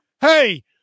hey